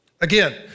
Again